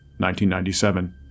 1997